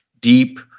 deep